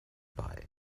bei